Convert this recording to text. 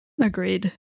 Agreed